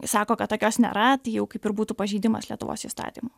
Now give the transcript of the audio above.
sako kad tokios nėra tai jau kaip ir būtų pažeidimas lietuvos įstatymų